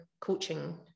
coaching